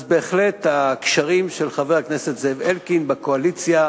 אז בהחלט הקשרים של חבר הכנסת זאב אלקין בקואליציה